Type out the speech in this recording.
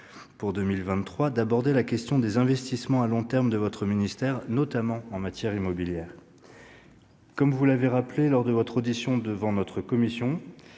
2023, d'aborder la question des investissements à long terme de votre ministère, notamment en matière immobilière. Comme vous l'avez rappelé lors de votre audition devant notre commission,